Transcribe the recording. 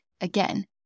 Again